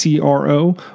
CRO